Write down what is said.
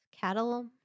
Cattle